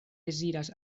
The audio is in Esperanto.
deziras